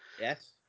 Yes